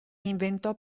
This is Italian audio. inventò